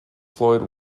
floyd